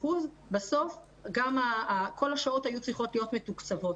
30% יותר בסוף כל השעות היו צריכות להיות מתוקצבות.